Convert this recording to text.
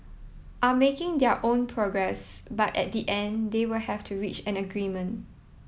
are making their own progress but at the end they will have to reach an agreement